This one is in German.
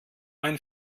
ein